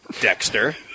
Dexter